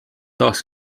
taas